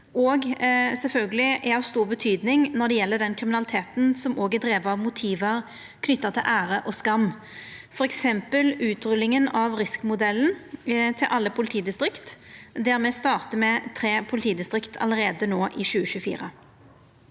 òg er av stor betyding når det gjeld den kriminaliteten som er driven av motiv knytt til ære og skam, f.eks. utrullinga av RISK-modellen til alle politidistrikt, der me startar med tre politidistrikt allereie no i 2024.